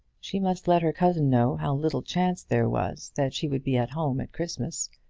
she must let her cousin know how little chance there was that she would be at home at christmas,